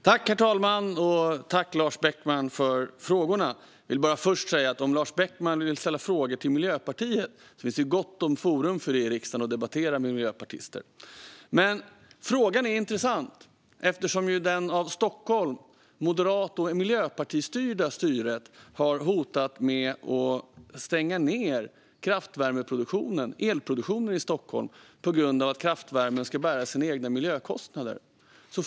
Fru talman! Jag tackar Lars Beckman för frågorna. Om Lars Beckman vill ställa frågor till Miljöpartiet kan jag först säga att det finns gott om forum i riksdagen för att debattera med miljöpartister. Men frågan är intressant, eftersom Stockholms moderat och miljöpartistyre har hotat med att stänga ned kraftvärmeproduktionen - elproduktionen - i Stockholm på grund av att kraftvärmen ska bära sina egna miljökostnader.